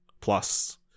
plus